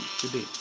today